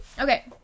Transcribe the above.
Okay